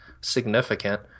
significant